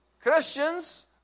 Christians